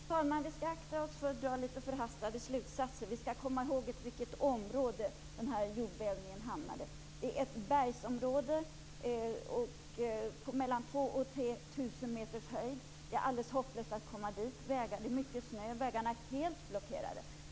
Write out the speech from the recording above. Fru talman! Vi skall akta oss för att dra förhastade slutsatser. Vi skall komma ihåg i vilket område den här jordbävningen ägde rum. Det är ett bergsområde på 2 000-3 000 meters höjd. Det är alldeles hopplöst att komma dit. Det är mycket snö, och vägarna är helt blockerade.